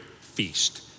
feast